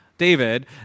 David